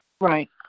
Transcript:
Right